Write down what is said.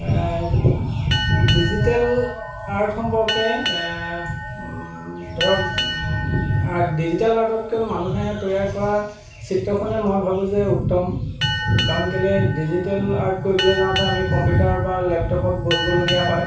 digital art সম্পৰ্কে ধৰক art digital আৰ্টতকৈ মানুহে তৈয়াৰ কৰা চিত্ৰখনেই মই ভাবোঁ যে উত্তম কাৰণ কেলে ডিজিটেল আৰ্ট কৰিবলৈ যাওঁতে আমি কম্পিউটাৰ বা লেপটপত বহিবলগীয়া হয়